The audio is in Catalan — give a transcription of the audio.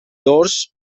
dors